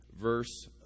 verse